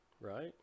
right